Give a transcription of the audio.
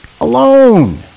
alone